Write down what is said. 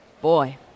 Boy